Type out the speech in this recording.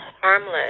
harmless